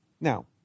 Now